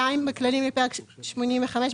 בכללים לפרק 85,